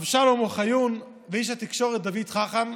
אבשלום אוחיון ואיש התקשורת דוד חכם,